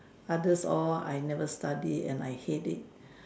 others all I never study and I hate it